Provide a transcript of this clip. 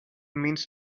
means